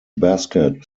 basket